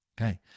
Okay